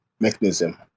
mechanism